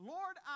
Lord